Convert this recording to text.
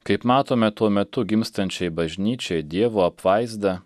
kaip matome tuo metu gimstančiai bažnyčiai dievo apvaizda